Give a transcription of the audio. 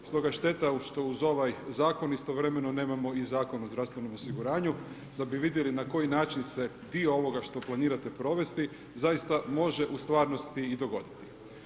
Stoga šteta što uz ovaj zakon, istovremeno nemamo i Zakon o zdravstvenom osiguranju, da bi vidjeli na koji način se, dio ovoga što planirate provesti, zaista može i u stvarnosti i dogoditi.